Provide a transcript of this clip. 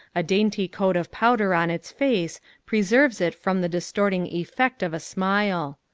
a dainty coat of powder on its face preserves it from the distorting effect of a smile.